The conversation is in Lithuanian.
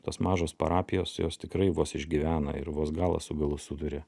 tos mažos parapijos jos tikrai vos išgyvena ir vos galą su galu suduria